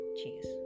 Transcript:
cheers